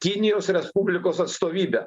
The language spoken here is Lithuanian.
kinijos respublikos atstovybė